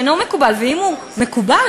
ואם הוא מקובל,